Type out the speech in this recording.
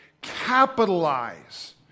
Capitalize